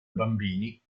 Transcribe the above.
bambini